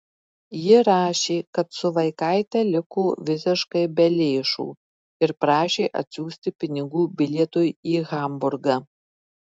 ji rašė kad su vaikaite liko visiškai be lėšų ir prašė atsiųsti pinigų bilietui į hamburgą